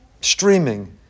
streaming